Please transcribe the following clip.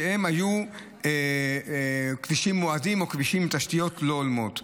שהם היו כבישים מועדים או כבישים עם תשתיות לא הולמות,